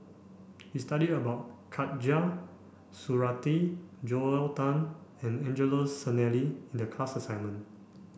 we studied about Khatijah Surattee Joel Tan and Angelo Sanelli in the class assignment